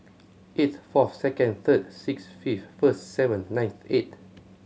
eighth fourth second third six fifth first seventh ninth eight